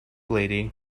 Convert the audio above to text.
lady